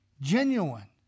genuine